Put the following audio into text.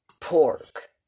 pork